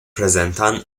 presentan